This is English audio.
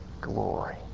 glory